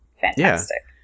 fantastic